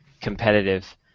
competitive